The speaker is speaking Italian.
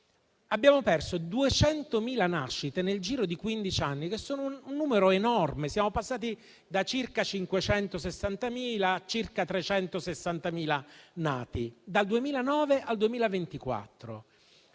abbiamo perso 200.000 nascite nel giro di quindici anni, che sono un numero enorme. Siamo passati da circa 560.000 a circa 360.000 nati dal 2009 al 2024.